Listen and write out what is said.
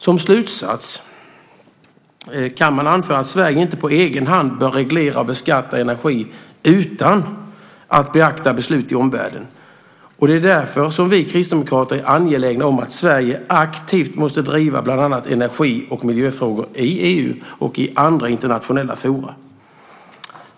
Som slutsats kan man anföra att Sverige inte på egen hand bör reglera och beskatta energi utan att beakta beslut i omvärlden. Det är därför vi kristdemokrater är angelägna om att Sverige aktivt måste driva bland annat energi och miljöfrågor i EU och i andra internationella forum.